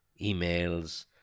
emails